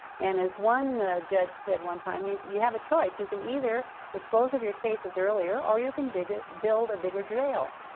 and as one judge said one time, you you have a choice you can either dispose of your cases earlier or you can build a bigger jail.